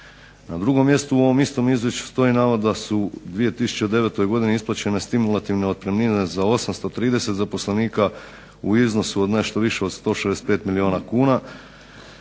Na drugom mjestu u ovom istom izvješću stoji navod da su u 2009.isplaćene stimulativne otpremnine za 830 zaposlenika u iznosu od nešto više od 165 milijuna kuna